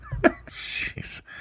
Jeez